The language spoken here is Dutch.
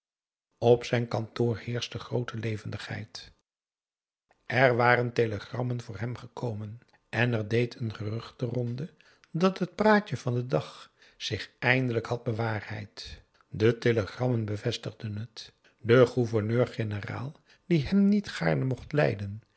op zijn kantoor heerschte groote levendigheid er waren telegrammen voor hem gekomen en er deed een gerucht de ronde dat het praatje van den dag zich eindelijk had bewaarheid de telegrammen bevestigden het de gouverneur-generaal die hem niet gaarne mocht lijden